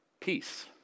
Peace